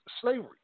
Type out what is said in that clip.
Slavery